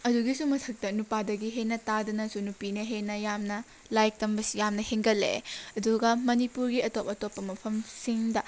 ꯑꯗꯨꯒꯤꯁꯨ ꯃꯊꯛꯇ ꯅꯨꯄꯥꯗꯒꯤ ꯍꯦꯟꯅ ꯇꯥꯗꯅꯁꯨ ꯅꯨꯄꯤꯅ ꯍꯦꯟꯅ ꯌꯥꯝꯅ ꯂꯥꯏꯔꯤꯛ ꯇꯝꯕꯁꯤ ꯌꯥꯝꯅ ꯍꯦꯟꯒꯠꯂꯛꯑꯦ ꯑꯗꯨꯒ ꯃꯅꯤꯄꯨꯔꯒꯤ ꯑꯇꯣꯞ ꯑꯇꯣꯞꯄ ꯃꯐꯝꯁꯤꯡꯗ